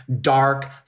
dark